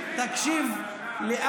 תקשיב, תקשיב, לא תקשיב, אתה מהאחים המוסלמים.